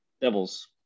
Devils